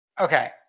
Okay